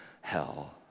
hell